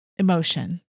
emotion